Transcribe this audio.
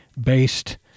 based